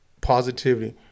positivity